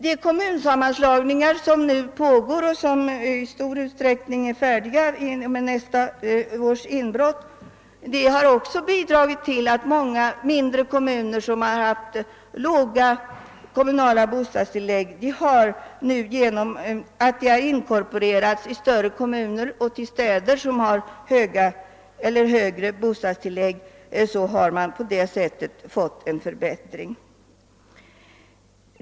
De kommunsammanslagningar som nu pågår och som i många fall blir färdiga till nästa års ingång har också medfört att många mindre kommuner som haft låga kommunala bostadstillägg nu genom inkorporeringen i större kommuner eller städer med högre bostadstillägg har fått en förbättring.